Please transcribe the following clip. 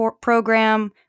program